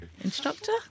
Instructor